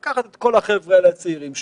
יש לקחת את כל החבר'ה הצעירים האלה,